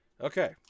Okay